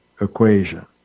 equation